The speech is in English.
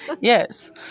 Yes